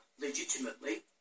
legitimately